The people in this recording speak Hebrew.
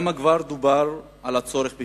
כמה דובר על הצורך בחינוך,